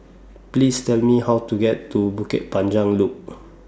Please Tell Me How to get to Bukit Panjang Loop